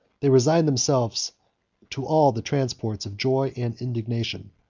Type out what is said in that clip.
they resigned themselves to all the transports of joy and indignation.